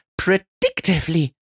predictively